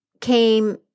came